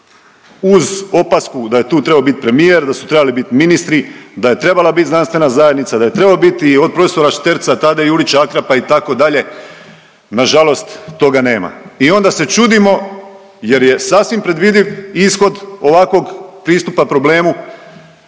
uz opasku da je tu trebao bit premijer, da su trebali bit ministri, da je trebala bit znanstvena zajednica, da je trebao biti i od prof. Šterca, tada i Jurića Akrapa itd., na žalost toga nema i onda se čudimo jer je sasvim predvidiv ishod ovakvog pristupa problemu